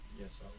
Yes